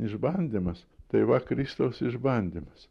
išbandymas tai va kristaus išbandymas